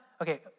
okay